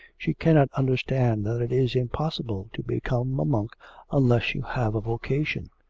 she cannot understand that it is impossible to become a monk unless you have a vocation.